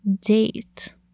date